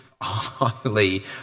highly